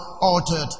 altered